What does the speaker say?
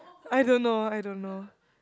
I don't know I don't know